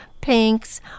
pinks